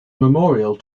memorial